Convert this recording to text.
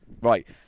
Right